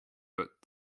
but